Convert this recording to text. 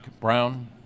Brown